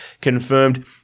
confirmed